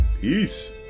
Peace